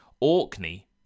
Orkney